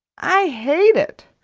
i hate it!